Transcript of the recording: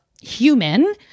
human